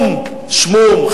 או"ם שמום,